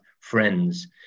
friends